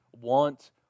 want